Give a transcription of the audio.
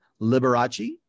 Liberace